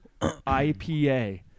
IPA